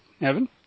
Evan